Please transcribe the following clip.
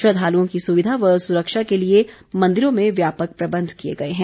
श्रद्धालुओं की सुविधा व सुरक्षा के लिए मंदिरों में व्यापक प्रबंध किये गए हैं